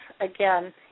again